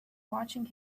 watching